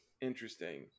interesting